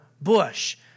Bush